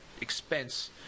expense